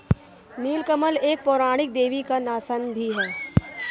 नील कमल एक पौराणिक देवी का आसन भी है